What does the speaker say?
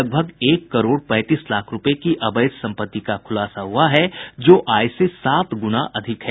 लगभग एक करोड़ पैंतीस लाख रूपये की अवैध सम्पत्ति का खुलासा हुआ है जो आय से सात गुना अधिक है